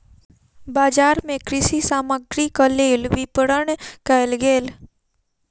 बजार मे कृषि सामग्रीक लेल विपरण कयल गेल